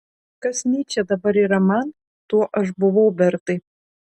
kas nyčė dabar yra man tuo aš buvau bertai